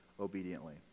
obediently